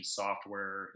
software